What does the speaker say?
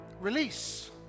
Release